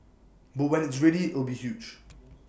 but when it's ready it'll be huge